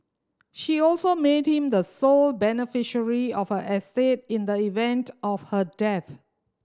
she also made him the sole beneficiary of her estate in the event of her death